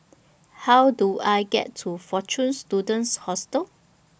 How Do I get to Fortune Students Hostel